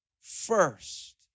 first